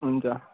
हुन्छ